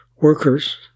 workers